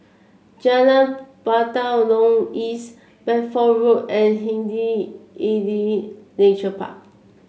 Jalan Batalong East Bedford Road and Hindhede Nature Park